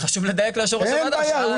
אבל חשוב לדייק ליושב ראש הוועדה, הוא